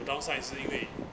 downside 也是因为